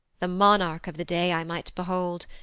the monarch of the day i might behold,